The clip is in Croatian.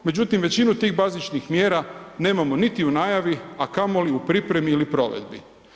Međutim većinu tih bazičnih mjera nemamo niti u najavi a kamoli u pripremi ili provedbi.